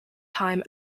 time